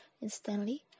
Instantly